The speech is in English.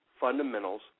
fundamentals